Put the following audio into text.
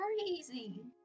crazy